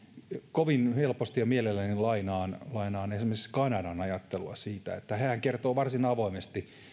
kovin helposti ja mielelläni lainaan lainaan esimerkiksi kanadan ajattelua siitä hehän kertovat varsin avoimesti